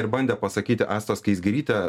ir bandė pasakyti asta skaisgirytė